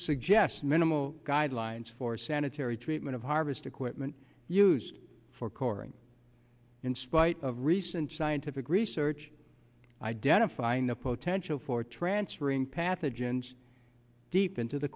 suggest minimal guidelines for sanitary treatment of harvest equipment used for coring in spite of recent scientific research identifying the potential for transferring pathogens deep into the